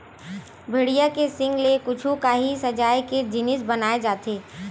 भेड़िया के सींग ले कुछु काही सजाए के जिनिस बनाए जाथे